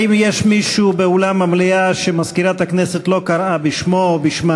האם יש מישהו באולם המליאה שמזכירת הכנסת לא קראה בשמו או בשמה